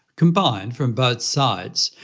combined from both sites,